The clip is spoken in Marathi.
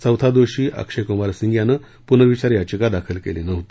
चौथा दोषी अक्षयकुमार सिंग याने पुनर्विचार याचिका दाखल केली नव्हती